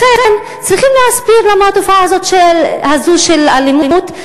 לכן צריכים להסביר למה התופעה הזו של אלימות.